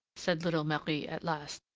said little marie at last,